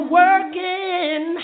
working